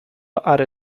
are